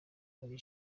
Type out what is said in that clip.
muri